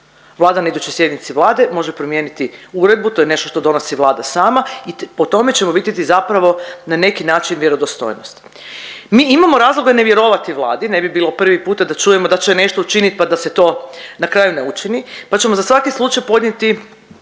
Vlada na idućoj sjednici Vlade može promijeniti uredbu, to je nešto što donosi Vlada sama i po tome ćemo vidjeti zapravo na neki način vjerodostojnost. Mi imamo razloga ne vjerovati Vladi, ne bi bilo prvi puta da čujemo da će nešto učinit, pa da se to na kraju ne učini, pa ćemo za svaki slučaj podnijeti